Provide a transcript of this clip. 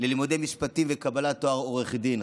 ללימודי משפטים וקבלת תואר עורך דין,